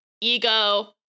ego